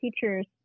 teachers –